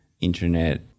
internet